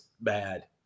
bad